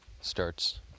starts